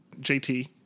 JT